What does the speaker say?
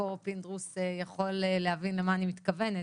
ופה פינדרוס יכול להבין למה אני מתכוונת,